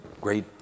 great